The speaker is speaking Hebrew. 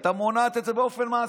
היא הייתה מונעת את זה באופן מעשי,